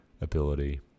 ability